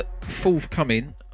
forthcoming